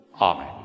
Amen